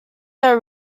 are